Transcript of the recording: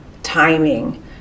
timing